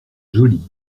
jolie